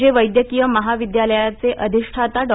जे वैद्यकीय महाविद्यालयाचे अधिष्ठाता डॉ